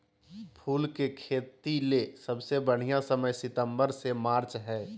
फूल के खेतीले सबसे बढ़िया समय सितंबर से मार्च हई